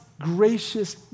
gracious